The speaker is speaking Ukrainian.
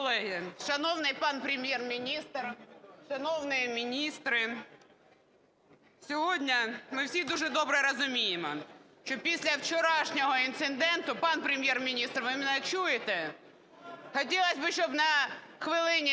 шановний пан Прем'єр-міністр, шановні міністри! Сьогодні ми всі дуже добре розуміємо, що після вчорашнього інциденту… Пане Прем'єре-міністре, ви мене чуєте? Хотілося б, щоб на хвилині